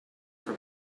for